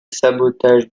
sabotage